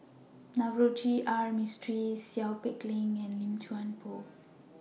Navroji R Mistri Seow Peck Leng and Lim Chuan Poh